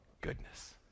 goodness